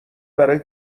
برای